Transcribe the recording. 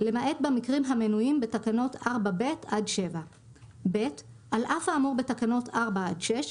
למעט במקרים המנויים בתקנות 4(ב) עד 7. (ב) על אף האמור בתקנות 4 עד 6,